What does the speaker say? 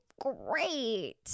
great